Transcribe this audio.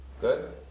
Good